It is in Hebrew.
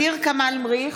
ע'דיר כמאל מריח,